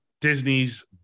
Disney's